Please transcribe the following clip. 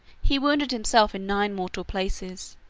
he wounded himself in nine mortal places,